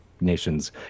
Nations